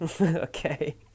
Okay